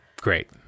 Great